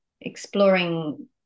exploring